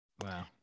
Wow